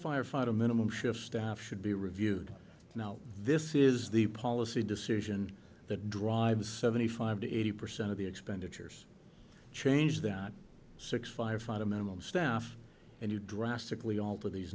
firefighter minimum shift staff should be reviewed now this is the policy decision that drives seventy five to eighty percent of the expenditures change them six five find a minimum staff and you drastically al